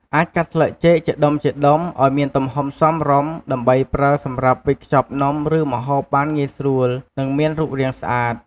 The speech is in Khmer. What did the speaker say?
អាចកាត់ស្លឹកចេកជាដុំៗឱ្យមានទំហំសមរម្យ ដើម្បីប្រើសម្រាប់វេចខ្ចប់នំ ឬម្ហូបបានងាយស្រួល និងមានរូបរាងស្អាត។